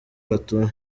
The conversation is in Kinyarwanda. batuye